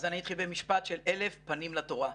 אז אני אתחיל במשפט של אלף פנים לתורה,